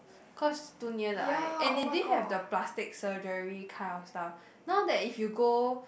cause too near the eye and they didn't have the plastic surgery kind of stuff now that if you go